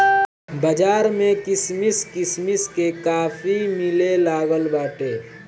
बाज़ार में किसिम किसिम के काफी मिलेलागल बाटे